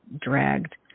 dragged